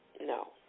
no